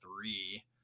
three